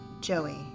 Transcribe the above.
Joey